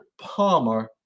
Palmer